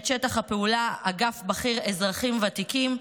את שטח הפעולה: אגף בכיר אזרחים ותיקים,